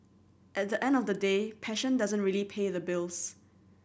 at the end of the day passion doesn't really pay the bills